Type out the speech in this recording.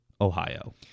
Ohio